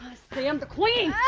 say i'm the queen.